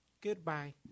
Goodbye